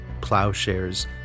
plowshares